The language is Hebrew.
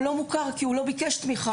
הוא לא מוכר כי הוא לא ביקש תמיכה,